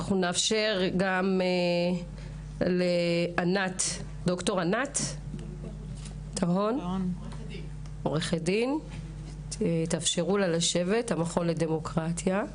אנחנו נאפשר גם לעו"ד ענת טהון אשכנזי מהמכון לדמוקרטיה,